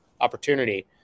opportunity